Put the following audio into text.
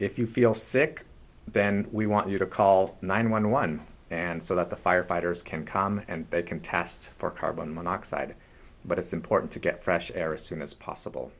if you feel sick then we want you to call nine one one and so that the firefighters can come and they can test for carbon monoxide but it's important to get fresh air as soon as possible